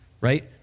right